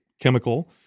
chemical